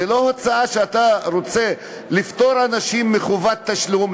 זו לא הצעה שאתה רוצה לפטור אנשים מחובת תשלום,